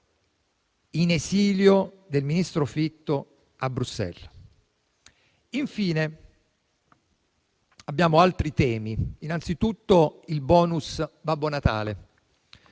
in esilio del ministro Fitto a Bruxelles. Infine, abbiamo altri temi. Innanzitutto, il bonus Babbo Natale: